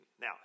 Now